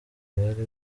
bari